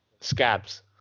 Scabs